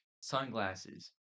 sunglasses